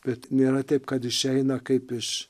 bet nėra taip kad išeina kaip iš